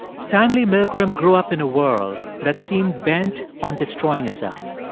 stanley milgram grew up in a world that seemed bent on destroying itself.